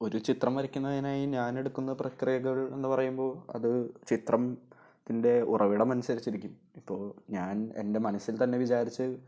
ഒരു ചിത്രം വരയ്ക്കുന്നതിനായി ഞാൻ എടുക്കുന്ന പ്രക്രിയകൾ എന്നുപറയുമ്പോള് അത് ചിത്രത്തിൻ്റെ ഉറവിടം അനുസരിച്ചിരിക്കും ഇപ്പോള് ഞാൻ എൻ്റെ മനസ്സിൽ തന്നെ വിചാരിച്ച്